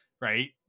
Right